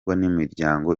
imiryango